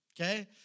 Okay